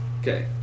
Okay